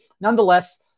nonetheless